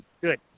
Good